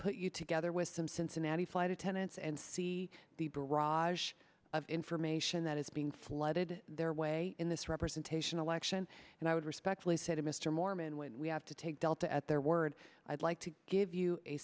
put you together with some cincinnati flight attendants and see the barrage of information that is being flooded their way in this representational action and i would respectfully say to mr mormon when we have to take delta at their word i'd like to give you a